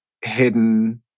hidden